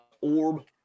orb